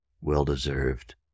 Well-deserved